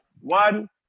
one